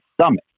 stomach